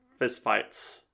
fistfights